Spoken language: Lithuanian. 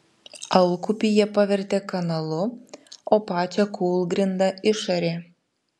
alkupį jie pavertė kanalu o pačią kūlgrindą išarė